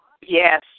Yes